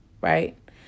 right